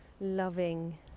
loving